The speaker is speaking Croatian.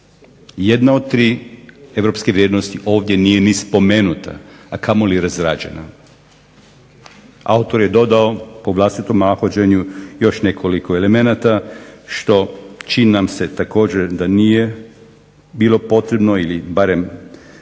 Jedna od tri europske vrijednosti ovdje nije ni spomenuta, a kamoli razrađena. Autor je dodao po vlastitom nahođenju još nekoliko elemenata što čini nam se također da nije bilo potrebno ili barem